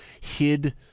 hid